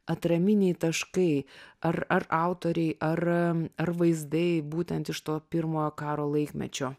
atraminiai taškai ar ar autoriai ar ar vaizdai būtent iš to pirmojo karo laikmečio